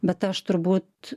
bet aš turbūt